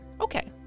okay